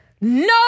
No